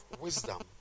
wisdom